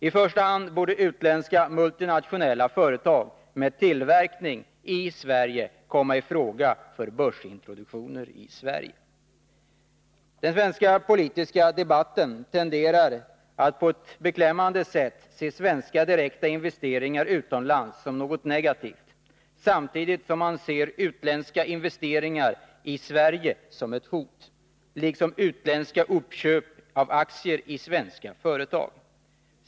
I första hand borde utländska, multinationella företag med tillverkning i Sverige komma i fråga för börsintroduktion i Sverige. Den svenska politiska debatten tenderar att på ett beklämmande sätt se svenska direkta investeringar utomlands som något negativt, samtidigt som man ser utländska investeringar i Sverige som ett hot, liksom utländska uppköp av aktier i svenska företag.